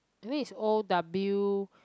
that means is O W